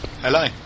Hello